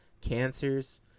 cancers